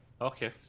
okay